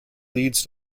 leads